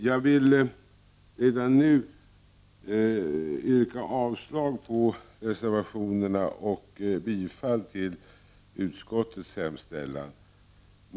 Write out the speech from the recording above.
Jag vill redan nu yrka avslag på reservationerna och bifall till utskottets hemställan.